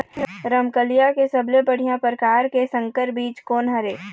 रमकलिया के सबले बढ़िया परकार के संकर बीज कोन हर ये?